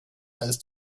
ist